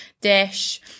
dish